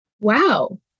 wow